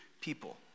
people